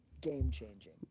game-changing